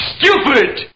Stupid